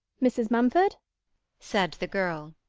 mrs. mumford said the girl,